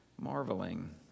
marveling